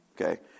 Okay